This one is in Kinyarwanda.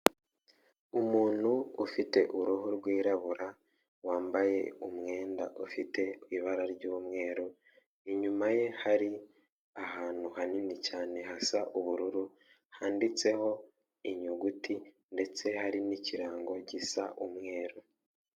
Umuntu ufite uruhu rwirabura, wambaye umwenda ufite ibara ry'umweru, inyuma ye hari ahantu hanini cyane, hasa ubururu handitseho inyuguti ndetse hari n'ikirango gisa umweru.